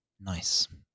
nice